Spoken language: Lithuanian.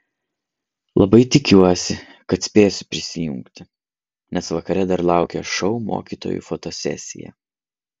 labai tikiuosi kad spėsiu prisijungti nes vakare dar laukia šou mokytojų fotosesija